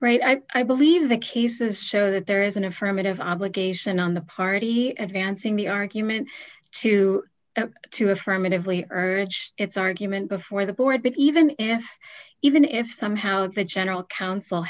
right i believe the cases show that there is an affirmative obligation on the party advancing the argument to to affirmatively urge its argument before the board because even if even if somehow the general coun